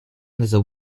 there’s